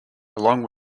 along